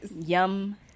Yum